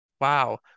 wow